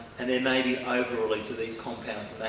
and there may be over release of these compounds,